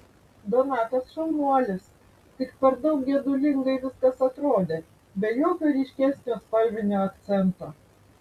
donatas šaunuolis tik per daug gedulingai viskas atrodė be jokio ryškesnio spalvinio akcento